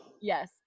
Yes